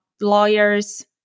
lawyers